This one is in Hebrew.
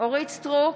אורית מלכה סטרוק,